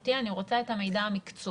התקשורתי אלא אני רוצה את המידע המקצועי.